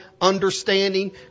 understanding